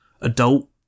adult